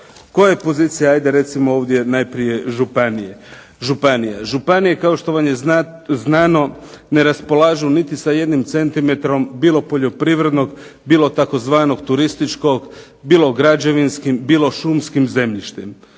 koje pozicije ajde recimo ovdje najprije županije. Županije kao što vam je znano ne raspolažu niti sa jednim centimetrom bilo poljoprivrednog, bilo tzv. turističkog, bilo građevinskim, bilo šumskim zemljištem.